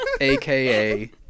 aka